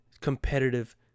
competitive